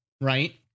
Right